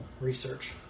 Research